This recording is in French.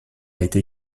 été